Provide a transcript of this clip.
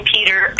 Peter